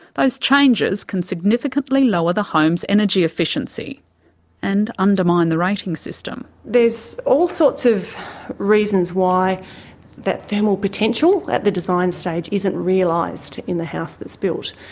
those changes can significantly lower the home's energy efficiency and undermine the rating system. there's all sorts of reasons why that thermal potential at the design stage isn't realised in the house that's built.